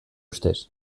ustez